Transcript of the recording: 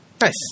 Nice